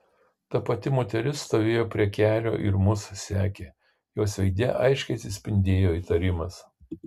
ta pati moteris stovėjo prie kelio ir mus sekė jos veide aiškiai atsispindėjo įtarimas